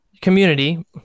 community